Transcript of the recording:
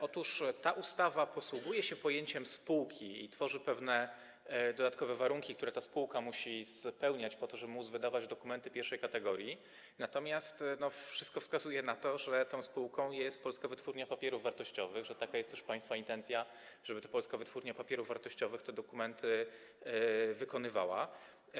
Otóż ta ustawa posługuje się pojęciem spółki i określa pewne dodatkowe warunki, które ta spółka musi spełniać po to, żeby móc wydawać dokumenty kategorii pierwszej, natomiast wszystko wskazuje na to, że tą spółką jest Polska Wytwórnia Papierów Wartościowych i że taka jest też państwa intencja, żeby to Polska Wytwórnia Papierów Wartościowych te dokumenty wytwarzała.